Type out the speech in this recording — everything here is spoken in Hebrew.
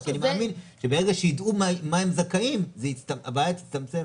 אני מאמין שברגע שהם יידעו מה הם זכאים הבעיה תצטמצם.